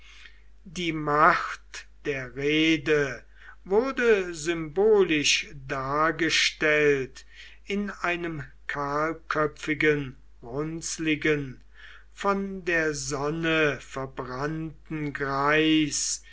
die macht der rede wurde symbolisch dargestellt in einem kahlköpfigen runzligen von der sonne verbrannten greis